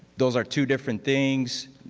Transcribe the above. those are two different things.